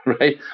right